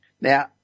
Now